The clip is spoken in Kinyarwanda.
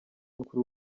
kuri